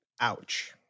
Ouch